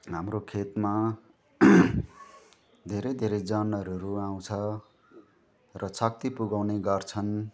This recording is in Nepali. हाम्रो खेतमा धेरै धेरै जनावरहरू आउँछ र क्षति पुर्याउने गर्छन्